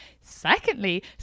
Secondly